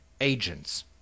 agents